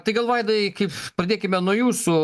taigi gal vaidai kaip pradėkime nuo jūsų